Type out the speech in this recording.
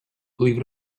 believe